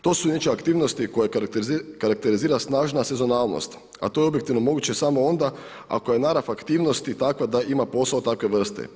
To su inače aktivnosti koje karakterizira snažna sezonalnost, a to je objektivno moguće samo onda ako je narav aktivnosti takva da ima posao takve vrste.